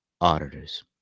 auditors